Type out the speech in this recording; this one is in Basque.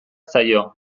zaio